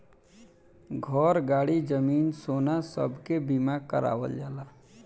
घर, गाड़ी, जमीन, सोना सब के बीमा करावल जाला